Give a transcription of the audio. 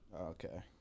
Okay